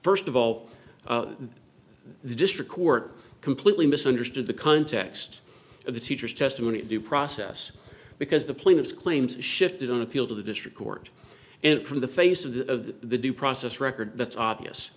first of all the district court completely misunderstood the context of the teacher's testimony of due process because the plaintiff's claims shifted on appeal to the district court and from the face of the of the the due process record that's obvious